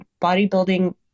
bodybuilding